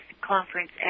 conference